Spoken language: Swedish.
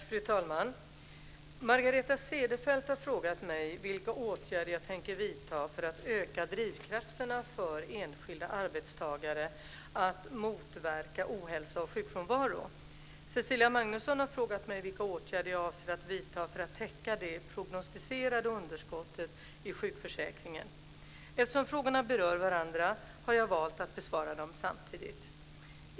Fru talman! Margareta Cederfelt har frågat mig vilka åtgärder jag tänker vidta för att öka drivkrafterna för enskilda arbetstagare att motverka ohälsa och sjukfrånvaro. Cecilia Magnusson har frågat mig vilka åtgärder jag avser vidta för att täcka det prognostiserade underskottet i sjukförsäkringen. Eftersom frågorna berör varandra har jag valt att besvara dem samtidigt.